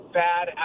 bad